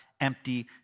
Empty